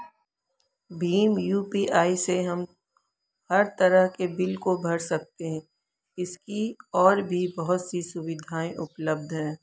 Bhim UPI से हम हर तरह के बिल को भर सकते है, इसकी और भी बहुत सी सुविधाएं उपलब्ध है